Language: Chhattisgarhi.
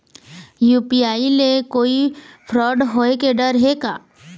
यू.पी.आई ले कोई फ्रॉड होए के डर हे का?